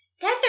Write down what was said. Desert